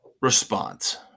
response